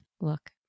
look